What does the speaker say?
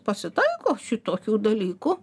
pasitaiko šitokių dalykų